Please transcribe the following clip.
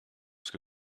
que